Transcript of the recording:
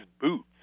boots